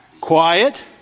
Quiet